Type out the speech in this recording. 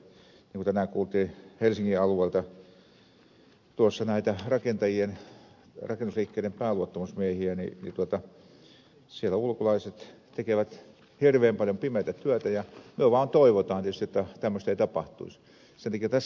niin kuin tänään kuultiin helsingin alueelta tuossa näitä rakennusliikkeiden pääluottamusmiehiä siellä ulkolaiset tekevät hirveän paljon pimeätä työtä ja me vaan toivomme tietysti että tämmöistä ei tapahtuisi